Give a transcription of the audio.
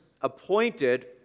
appointed